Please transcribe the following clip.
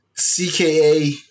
CKA